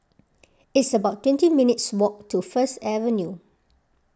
it's about twenty minutes' walk to First Avenue